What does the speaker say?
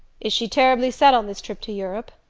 is she terribly set on this trip to europe?